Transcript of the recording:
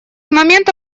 момента